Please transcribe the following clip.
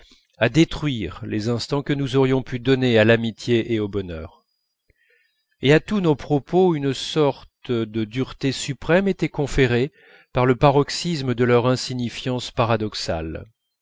à détruire les instants que nous aurions pu donner à l'amitié et au bonheur et à tous nos propos une sorte de dureté suprême était conférée par le paroxysme de leur insignifiance paradoxale